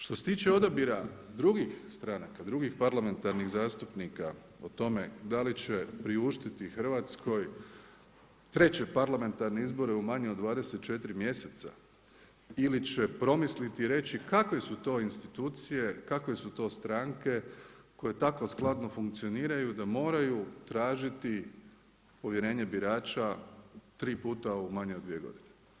Što se tiče odabira drugih stranka, drugih parlamentarnih zastupnika o tome da li će priuštiti Hrvatskoj 3. parlamentarne izbore u manje od 24 mjeseca ili će promisliti i reći kakve su to institucije, kakve su to stranke koje tako skladno funkcioniraju da moraju tražiti povjerenje birača tri puta u manje od 2 godine.